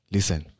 Listen